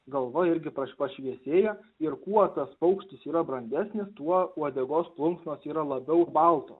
galva irgi pašviesėja ir kuo tas paukštis yra brandesnis tuo uodegos plunksnos yra labiau baltos